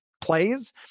plays